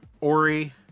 Ori